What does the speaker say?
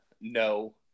no